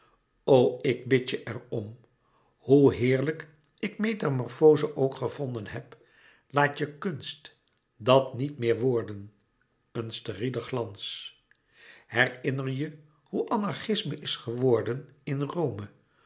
ik bid je er om hoe heerlijk ik metamorfoze ook gevonden heb laat je kunst dat niet meer worden een sterielen glans herinner je hoe anarchisme is geworden in rome